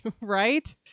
Right